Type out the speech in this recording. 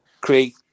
create